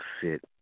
sit